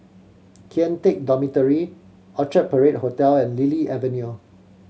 Kian Teck Dormitory Orchard Parade Hotel and Lily Avenue